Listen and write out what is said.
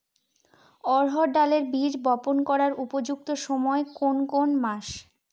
অড়হড় ডালের বীজ বপন করার উপযুক্ত সময় কোন কোন মাস?